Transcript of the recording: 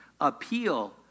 appeal